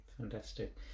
Fantastic